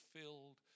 filled